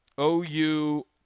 OU